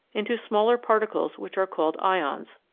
into smaller particles which are called ions.